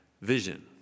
vision